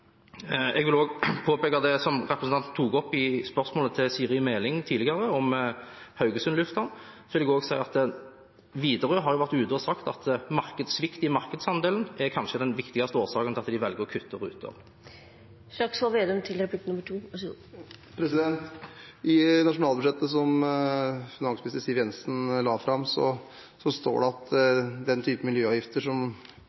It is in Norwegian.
Jeg vil også påpeke det som representanten tok opp i spørsmålet til Siri Meling tidligere, om Haugesund lufthavn, og så vil jeg også si at Widerøe har vært ute og sagt at markedssvikt i markedsandelen kanskje er den viktigste årsaken til at de velger å kutte ruter. I nasjonalbudsjettet som finansminister Siv Jensen la fram, står det at den type miljøavgifter, som